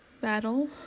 battle